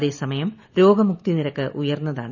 അതേസമയം രോഗമുക്തി നിരക്ക് ഉയർന്നതാണ്